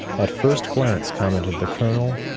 at first glance, commented the colonel,